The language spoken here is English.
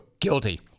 Guilty